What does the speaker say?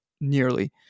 nearly